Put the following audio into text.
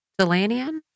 Delanian